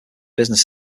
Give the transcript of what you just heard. business